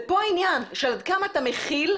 העניין הוא עד כמה אתה מכיל,